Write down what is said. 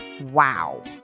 Wow